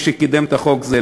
למי שקידם את החוק זה,